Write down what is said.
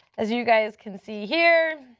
as you guys can see here.